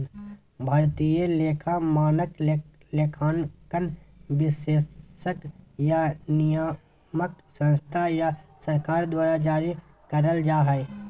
भारतीय लेखा मानक, लेखांकन विशेषज्ञ या नियामक संस्था या सरकार द्वारा जारी करल जा हय